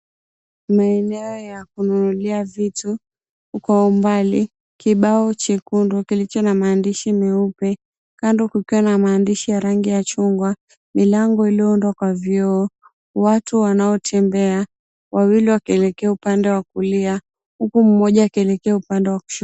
Maeneo ya kununulia vitu kwa umbali kibao chekundu kilicho na maandishi meupe kando kukiwa na maandishi ya rangi ya machungwa, milango iliyoundwa kwa vioo, watu wanaotembea, wawili wakielekea upande wa kulia huku mmoja akielekea upande wa kushoto.